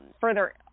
further